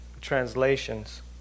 translations